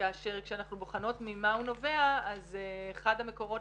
כאשר כשאנחנו בוחנות ממה הוא נובע אז אחד המקורות